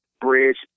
bridge